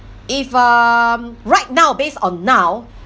if um right now based on now